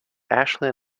ashley